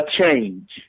change